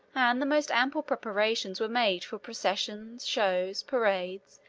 and the most ample preparations were made for processions, shows, parades,